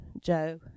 Joe